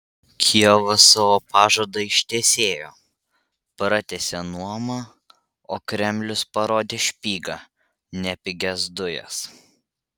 kijevas savo pažadą ištesėjo pratęsė nuomą o kremlius parodė špygą ne pigias dujas